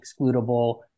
excludable